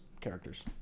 characters